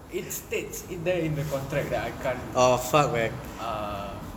it states there in the contract that I can ah